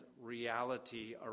reality